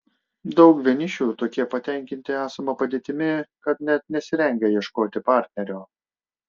daug vienišių tokie patenkinti esama padėtimi kad net nesirengia ieškoti partnerio